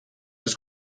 was